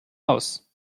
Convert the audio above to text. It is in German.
raus